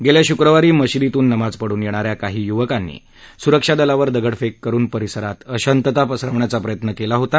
गेल्या शुक्रवारी मशीदीतून नमाज पढून येणाऱ्या काही युवकांनी सुरक्षा दलावर दगडफेक करुन परिसरात अशांतता पसरवण्याचा प्रयत्न केला होता